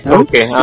okay